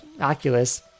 oculus